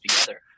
together